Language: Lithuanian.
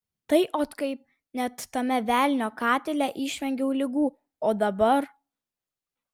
tai ot kaip net tame velnio katile išvengiau ligų o dabar